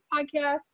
podcast